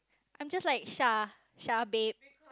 I'm just like sha-sha babe